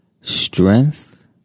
Strength